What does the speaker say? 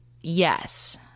yes